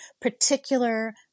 particular